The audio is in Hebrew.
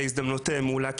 הזדמנות מעולה,